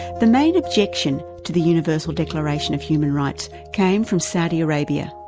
the main objection to the universal declaration of human rights came from saudi arabia.